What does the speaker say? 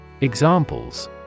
Examples